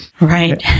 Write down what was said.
Right